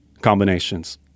combinations